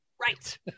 right